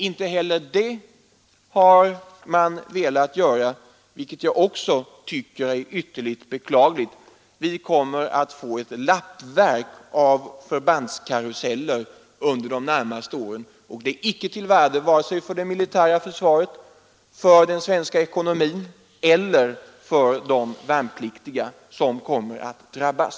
Inte heller en sådan lösning har statsrådet velat säga ja till, vilket jag också tycker är ytterligt beklagligt. Vi kommer att få en rad förbandskaruseller under de närmaste åren, och det är icke av värde vare sig för det militära försvaret, för den svenska ekonomin eller för de värnpliktiga som kommer att drabbas.